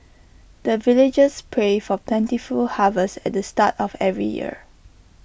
the villagers pray for plentiful harvest at the start of every year